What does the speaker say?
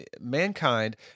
mankind